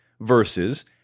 versus